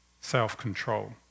self-control